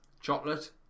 Chocolate